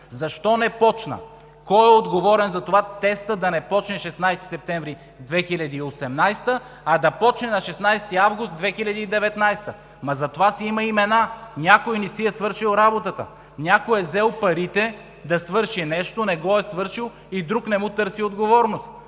Защо не започна? Кой е отговорен тестът да не започне на 16 септември 2018 г., а да започне на 16 август 2019 г.? За това обаче си има имена. Някой не си е свършил работата! Някой е взел парите да свърши нещо, не го е свършил и друг не му търси отговорност